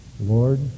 Lord